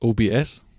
OBS